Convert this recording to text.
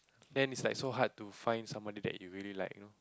then it's like so hard to find someone that you really like you know